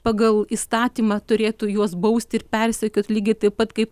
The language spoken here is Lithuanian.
pagal įstatymą turėtų juos bausti ir persekiot lygiai taip pat kaip